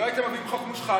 לא הייתם מביאים חוק מושחת,